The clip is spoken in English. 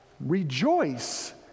Rejoice